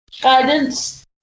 guidance